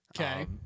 okay